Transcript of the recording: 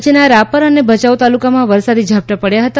કચ્છના રાપર અને ભચાઉ તાલુકામાં વરસાદી ઝાપટાં પડ્યા હતા